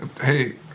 Hey